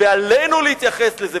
ועלינו להתייחס לזה,